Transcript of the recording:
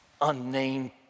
unnamed